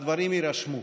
הדברים יירשמו: